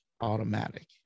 Automatic